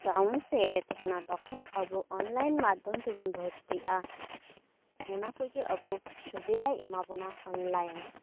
town ᱥᱮᱡ ᱨᱮ ᱛᱟᱦᱮᱱᱟ ᱛᱚᱠᱷᱚᱱ ᱟᱵᱚ ᱚᱱᱞᱟᱭᱤᱱ ᱢᱟᱫᱽᱫᱷᱚᱢ ᱛᱮᱵᱚᱱ ᱵᱷᱚᱨᱛᱤᱜᱼᱟ ᱚᱱᱟ ᱠᱩᱡ ᱜᱮ ᱟᱵᱚ ᱥᱩᱵᱤᱫᱟᱭ ᱮᱢᱟ ᱵᱚᱱᱟ ᱚᱱᱞᱟᱭᱤᱱ